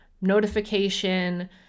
notification